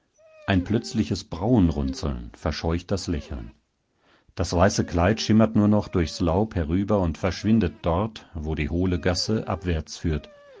ein plötzliches brauenrunzeln verscheucht das lächeln das weiße kleid schimmert nur noch durchs laub herüber und verschwindet dort wo die hohle gasse abwärts führt